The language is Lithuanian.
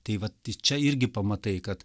tai vat čia irgi pamatai kad